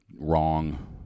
wrong